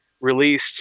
released